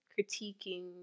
critiquing